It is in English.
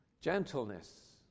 gentleness